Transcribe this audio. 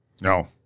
No